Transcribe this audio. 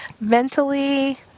Mentally